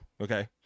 okay